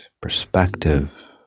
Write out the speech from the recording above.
perspective